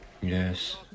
Yes